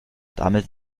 damit